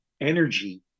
energy